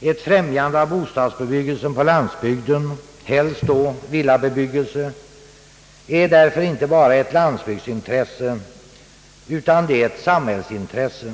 Ett främjande av bostadsbebyggelsen på landsbygden, helst då villabebyggelse, är därför inte bara ett landsbygdsintresse utan också ett samhällsintresse.